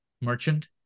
merchant